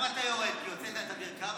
למה אתה יורד, בגלל שהוצאת את אביר קארה?